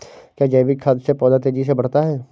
क्या जैविक खाद से पौधा तेजी से बढ़ता है?